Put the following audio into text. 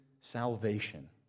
salvation